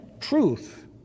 truth